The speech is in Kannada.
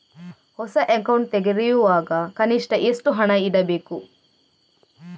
ಹೊಸ ಅಕೌಂಟ್ ತೆರೆಯುವಾಗ ಕನಿಷ್ಠ ಎಷ್ಟು ಹಣ ಇಡಬೇಕು?